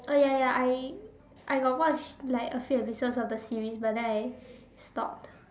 oh ya ya I I got watch like a few episodes of the series but then I stopped